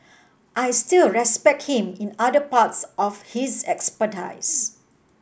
I still respect him in other parts of his expertise